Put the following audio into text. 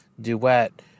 Duet